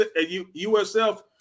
USF